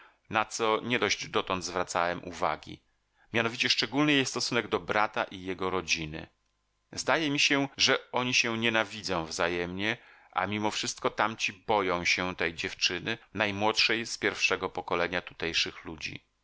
na co nie dość dotąd zwracałem uwagi mianowicie szczególny jej stosunek do brata i jego rodziny zdaje mi się że oni się nienawidzą wzajemnie a mimo wszystko tamci boją się tej dziewczyny najmłodszej z pierwszego pokolenia tutejszych ludzi